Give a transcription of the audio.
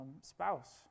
spouse